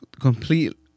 complete